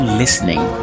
Listening